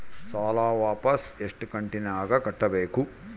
ಸಾಲ ವಾಪಸ್ ಎಷ್ಟು ಕಂತಿನ್ಯಾಗ ಕಟ್ಟಬೇಕು?